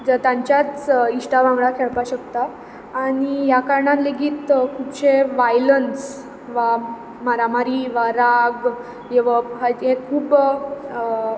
तांच्याच इश्टां वांगडा खेळपाक शकता आनी ह्या कारणान लेगीत खुबशें वायलंस वा मारामारी वा राग येवप हें खूब